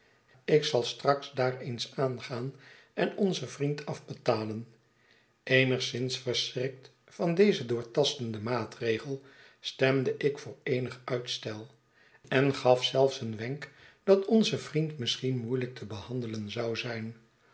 ik zal straks daar eens aangaan en onzen vriend afbetalen eenigszins verschrikt van dezen doortastenden maatregel stemde ik voor eenig uitstel en gaf zelfs een wenk dat onze vriend misschien moeielijk te behandelen zou zijn